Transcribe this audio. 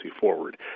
forward